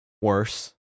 worse